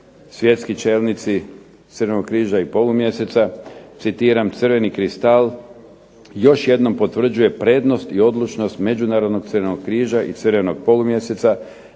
svjetski čelnici crvenog križa i polumjeseca, citiram: "crveni kristal još jednom potvrđuje prednost i odlučnost međunarodnog crvenog križa i polumjeseca